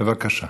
בבקשה.